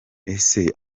ese